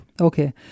Okay